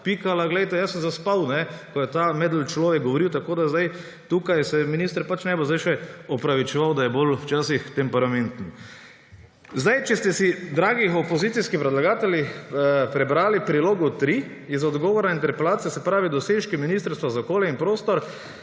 jaz sem zaspal, ko je ta medel človek govoril. Tako, da se sedaj tukaj minister ne bo še opravičeval, da je včasih bolj temperamenten. Če ste si, dragi opozicijski predlagatelji, prebrali Prilogo 3 iz odgovora interpelacije, se pravi, Dosežki Ministrstva za okolje in prostor